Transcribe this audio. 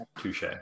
Touche